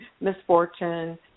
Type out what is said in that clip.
misfortune